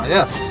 Yes